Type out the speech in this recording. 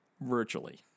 virtually